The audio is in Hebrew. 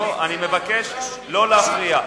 ואני מבקש לא להפריע.